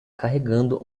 carregando